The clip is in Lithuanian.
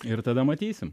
ir tada matysim